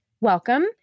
welcome